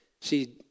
see